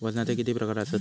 वजनाचे किती प्रकार आसत?